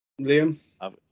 Liam